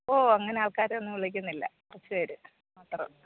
ഓ അങ്ങനെ ആൾക്കാരെ ഒന്നും വിളിക്കുന്നില്ല കുറച്ച് പേര് മാത്രം